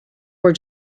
were